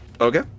Okay